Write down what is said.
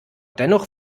dennoch